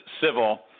civil